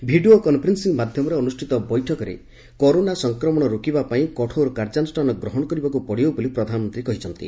video conferencing ମାଧ୍ଘମରେ ଅନୁଷ୍ଷିତ ବୈଠକରେ କରୋନା ସଂକ୍ରମଶ ରୋକିବାପାଇଁ କଠୋର କାର୍ଯ୍ୟାନୁଷ୍ଠାନ ଗ୍ରହଶ କରିବାକୁ ପଡ଼ିବ ବୋଲି ପ୍ରଧାନମନ୍ତୀ କହିଛନ୍ତି